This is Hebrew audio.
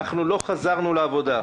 אנחנו לא חזרנו לעבודה.